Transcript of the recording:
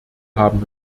haben